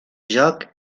joc